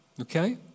Okay